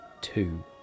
Two